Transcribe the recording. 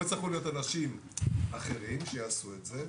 פה יצטרכו להיות אנשים אחרים שיעשו את זה.